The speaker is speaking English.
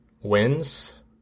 wins